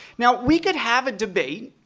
now we could have a debate,